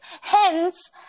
Hence